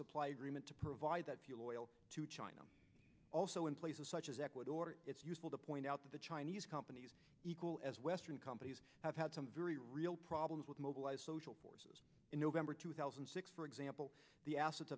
supply agreement to provide that fuel oil to china also in places such as ecuador it's useful to point out that the chinese companies equal as western companies have had some very real problems with mobilize social forces in november two thousand and six for example the asse